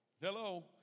Hello